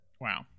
wow